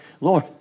Lord